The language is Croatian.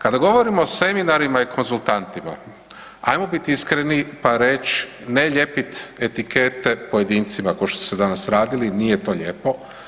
Kada govorimo o seminarima i konzultantima ajmo bit iskreni pa reć, ne lijepit etikete pojedincima, košto ste danas radili, nije to lijepo.